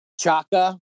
Chaka